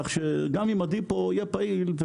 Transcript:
כך שגם אם הדיפו יהיה פעיל,